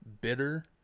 bitter